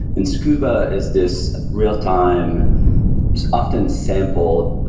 and scuba is this real-time it's often sampled,